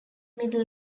middle